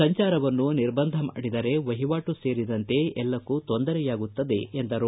ಸಂಜಾರವನ್ನು ನಿರ್ಬಂಧ ಮಾಡಿದರೆ ವಹಿವಾಟು ಸೇರಿದಂತೆ ಎಲ್ಲಕ್ಕೂ ತೊಂದರೆಯಾಗುತ್ತದೆ ಎಂದರು